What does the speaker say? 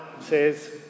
says